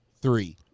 three